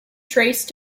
traced